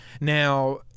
now